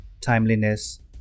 timeliness